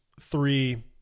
three